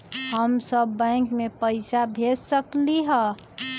हम सब बैंक में पैसा भेज सकली ह?